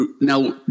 now